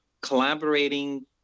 collaborating